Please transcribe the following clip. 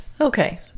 Okay